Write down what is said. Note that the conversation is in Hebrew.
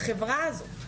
בחברה הזאת.